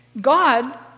God